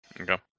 Okay